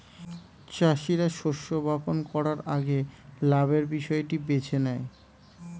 চাষীরা শস্য বপন করার আগে লাভের বিষয়টি বেছে নেয়